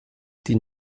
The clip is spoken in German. die